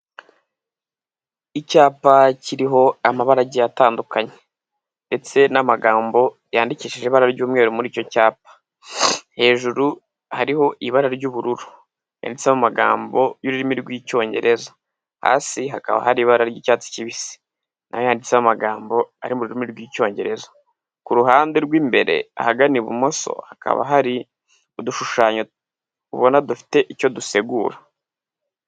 Icyapa kiriho amabara agiye atandukanye, ndetse n'amagambo yandikishije ibara ry'umweru muri icyo cyapa. Hejuru hariho ibara ry'ubururu, ryanditseho amagambo y'ururimi rw'Icyongereza. Hasi hakaba hari ibara ry'icyatsi kibisi, na yo yanditseho amagambo ari mu rurimi rw'Icyongereza. Ku ruhande rw'imbere ahagana ibumoso, hakaba hari udushushanyo ubona dufite icyo dusegura.